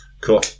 Cool